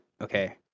Okay